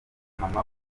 mama